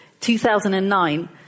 2009 –